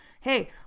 hey